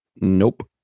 Nope